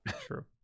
True